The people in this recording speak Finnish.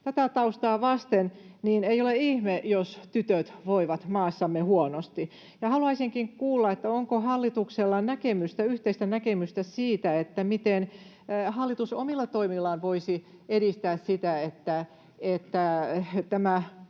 Tätä taustaa vasten ei ole ihme, jos tytöt voivat maassamme huonosti. Haluaisinkin kuulla, onko hallituksella yhteistä näkemystä siitä, miten hallitus omilla toimillaan voisi edistää sitä, että tämä